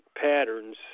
patterns